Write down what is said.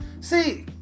see